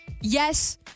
yes